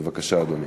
בבקשה, אדוני.